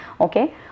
Okay